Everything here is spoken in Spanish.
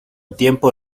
tiempo